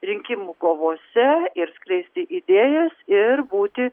rinkimų kovose ir skleisti idėjas ir būti